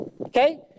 Okay